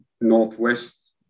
northwest